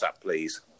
please